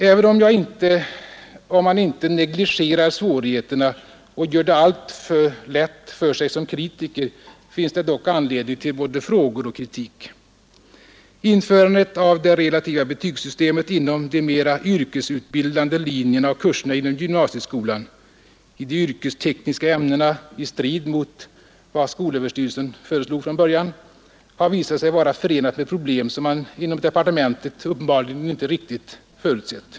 Även om man inte negligerar svårigheterna och gör det alltför lätt för sig som kritiker, finns det dock anledning till både frågor och kntik. Införandet av det relativa betygssystemet inom de mera yrkesutbildande linjerna och kurserna inom gymnasieskolan - i de yrkestekniska ämnena i strid mot vad skolöverstyrelsen föreslog fran början — har visat sig vara förenat med problem som man inom departementet uppenbarligen inte riktigt förutsett.